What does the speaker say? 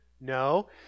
No